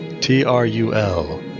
T-R-U-L